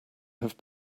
have